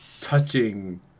touching